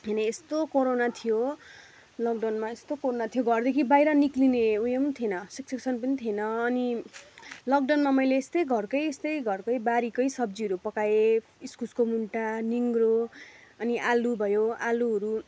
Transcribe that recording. होइन यस्तो कोरोना थियो लकडाउनमा यस्तो कोरोना थियो घरदेखि बाहिर निस्किने उयोम थिएन सिच्वेसन पनि थिएन अनि लकडाउनमा मैले यस्तै घरकै यस्तै घरकै बारीकै सब्जीहरू पकाएँ इस्कुसको मुन्टा निङ्ग्रो अनि आलु भयो आलुहरू